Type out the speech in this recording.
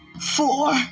Four